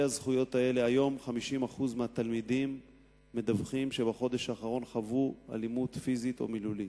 היום 50% מהתלמידים מדווחים שבחודש האחרון חוו אלימות פיזית או מילולית.